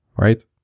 Right